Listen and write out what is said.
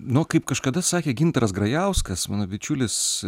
nu kaip kažkada sakė gintaras grajauskas mano bičiulis